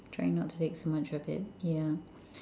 try not to take so much of it yeah